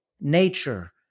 nature